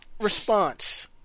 Response